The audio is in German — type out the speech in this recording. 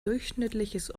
durchschnittliches